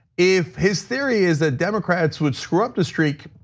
if his theory is that democrats would scrub the streak,